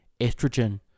estrogen